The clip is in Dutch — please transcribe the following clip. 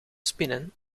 spinnen